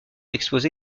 expose